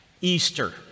Easter